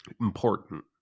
important